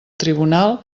tribunal